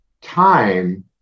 time